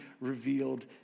revealed